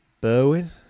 Berwin